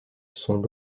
sont